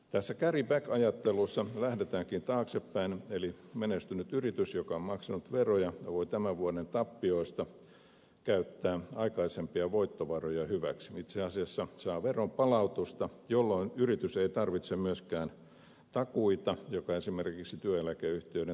tässä carry back ajattelussa lähdetäänkin taaksepäin eli menestynyt yritys joka on maksanut veroja voi tämän vuoden tappioista käyttää aikaisempia voittovaroja hyväksi itse asiassa saa veronpalautusta jolloin yritys ei tarvitse myöskään takuita mikä esimerkiksi työeläkeyhtiöiden takaisinlainaustilanteessa on välttämätöntä